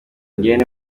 ngirente